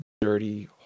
dirty